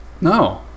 No